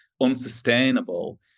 unsustainable